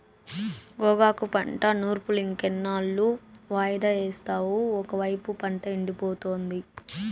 గోగాకు పంట నూర్పులింకెన్నాళ్ళు వాయిదా యేస్తావు ఒకైపు పంట ఎండిపోతాంది